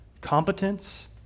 Competence